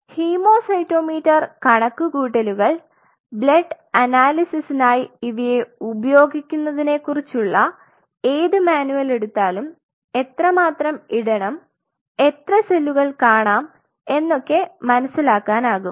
haemocytometer കണക്കുകൂട്ടലുകൾ blood അനാലിസിസ്നായി ഇവയെ ഉപയോഗിക്കുന്നതിനെ കുറിച്ചുള്ള ഏത് മാനുവൽ എടുത്താലും എത്രമാത്രം ഇടണം എത്ര സെല്ലുകൾ കാണാം എന്നൊക്കെ മനസ്സിലാക്കാനാകും